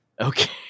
okay